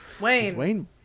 Wayne